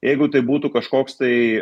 jeigu tai būtų kažkoks tai